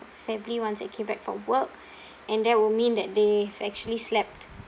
family once I came back from work and that would mean that they have actually slept